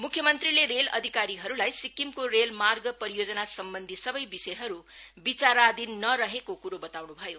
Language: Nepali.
मुख्यमंत्रीले रेल अधिकारीहरुलाई सिक्किमको रेलमार्ग परियोजना सम्वन्धी सबै विषयहरु विचाराधीन नरहेको कुरो वताउन् भयो